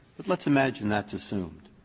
but let's imagine that's assumed.